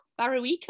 Baruico